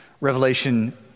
Revelation